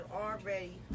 already